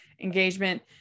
engagement